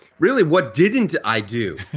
really, what didn't i do?